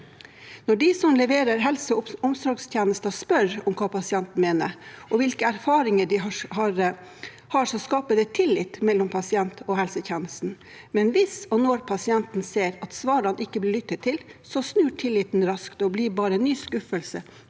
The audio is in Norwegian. Når de som leverer helse- og omsorgstjenester, spør om hva pasientene mener, og hvilke erfaringer de har, skaper det tillit mellom pasienten og helsetjenesten. Men hvis og når pasienten ser at svarene ikke blir lyttet til, snur tilliten raskt og blir bare en ny skuffelse